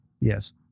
Yes